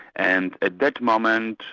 and at that moment,